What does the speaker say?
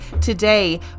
today